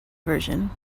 version